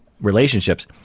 relationships